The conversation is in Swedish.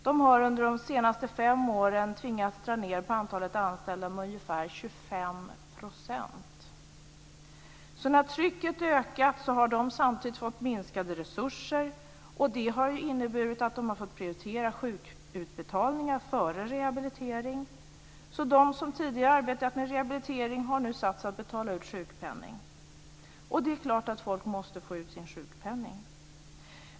De har under de senaste fem åren tvingats dra ned på antalet anställda med ungefär 25 %. Så när trycket har ökat har de samtidigt fått minskade resurser. Det har inneburit att de har fått prioritera sjukpenningsutbetalningar före rehabilitering. De som tidigare har arbetat med rehabilitering har nu satts att betala ut sjukpenning. Och det är klart att folk måste få ut sin sjukpenning.